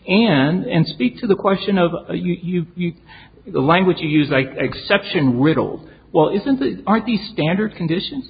and speak to the question of you the language you use like exception riddle well isn't that aren't the standard conditions